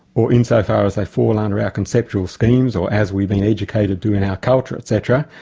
or insofar as they fall under our conceptual schemes, or as we've been educated to in our culture, etc.